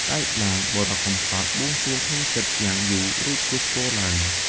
ស្អែកឡើង បុរសកំសត់បួងសួងក្នុងចិត្ត យ៉ាងយូរ រួចគោះស្គរឡើង ។